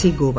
C Goa